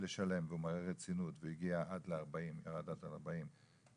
לשלם והוא מראה רצינות וירד עד ל-40,